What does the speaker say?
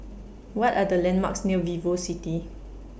What Are The landmarks near Vivocity